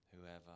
whoever